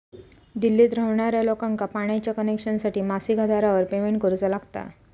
दिल्लीत रव्हणार्या लोकांका पाण्याच्या कनेक्शनसाठी मासिक आधारावर पेमेंट करुचा लागता